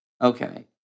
Okay